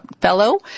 fellow